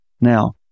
Now